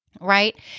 right